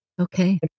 Okay